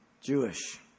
Jewish